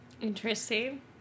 Interesting